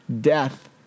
death